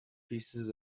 pieces